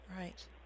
Right